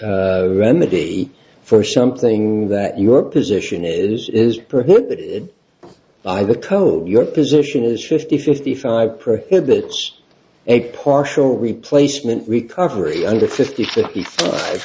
we remedy for something that your position is is prohibited by the code your position is fifty fifty five prohibits a partial replacement recovery under fifty fifty